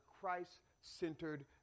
Christ-centered